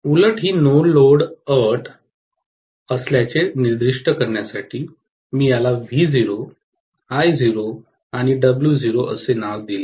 उलट ही no load अट असल्याचे निर्दिष्ट करण्यासाठी मी याला व्ही 0 आय 0 आणि डब्ल्यू 0 असे नाव दिले